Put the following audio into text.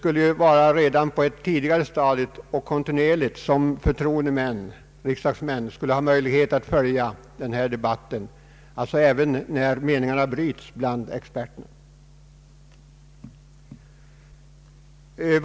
Information måste ges på ett tidigare stadium och kontinuerligt för att vi riksdagsmän skall ha möjlighet att följa debatten i en så stor fråga som denna, således även när meningarna bryts mellan experterna.